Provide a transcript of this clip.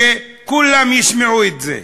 שכולם ישמעו את זה.